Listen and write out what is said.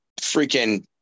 freaking